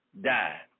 die